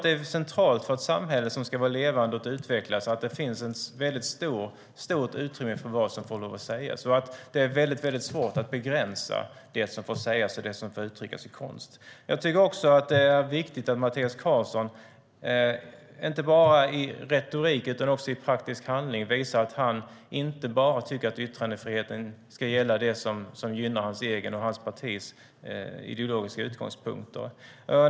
Det är centralt för ett samhälle som ska vara levande och utvecklas att det finns ett stort utrymme för vad som får lov att sägas och att det är mycket svårt att begränsa det som får sägas och det som får uttryckas i konst. Det är viktigt att Mattias Karlsson inte bara i retorik utan också i praktisk handling visar att yttrandefriheten inte bara ska gälla det som gynnar hans egen och hans partis ideologiska utgångspunkter.